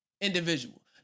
individual